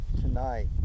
tonight